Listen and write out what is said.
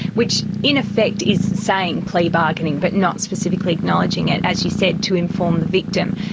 which in effect is saying plea bargaining, but not specifically acknowledging it, as you said, to inform the victim.